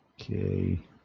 Okay